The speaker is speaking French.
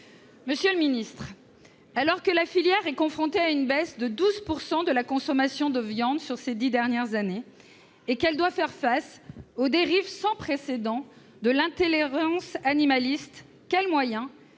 Monsieur le ministre, alors que la filière est confrontée à une baisse de 12 % de la consommation de viande sur ces dix dernières années et qu'elle doit faire face aux dérives sans précédent de l'intolérance animaliste, quels moyens